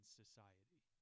society